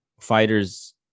fighters